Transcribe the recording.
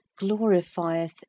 glorifieth